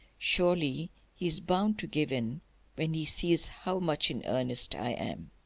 surely he's bound to give in when he sees how much in earnest i am!